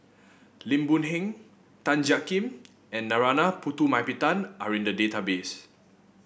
Lim Boon Heng Tan Jiak Kim and Narana Putumaippittan are in the database